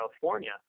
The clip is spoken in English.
California